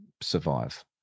survive